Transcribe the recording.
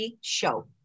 show